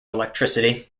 electricity